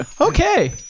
okay